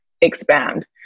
expand